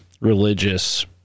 religious